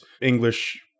English